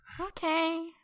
Okay